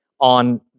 on